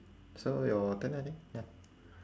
so your turn I think ya